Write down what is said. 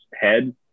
head